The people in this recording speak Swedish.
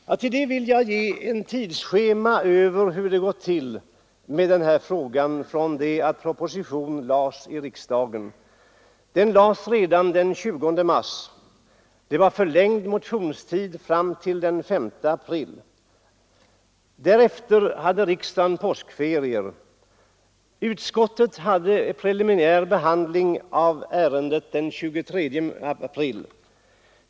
Till svar på det vill jag ge ett tidsschema över hur det gått till med den här frågan från det att proposition framlades i riksdagen. Propositionen framlades redan den 20 mars. Det var förlängd motionstid fram till den 5 april. Därefter hade riksdagen påskferie. Utskottet företog en preliminär behandling av ärendet den 23 april.